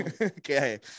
Okay